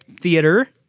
theater